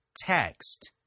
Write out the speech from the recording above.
text